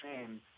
shame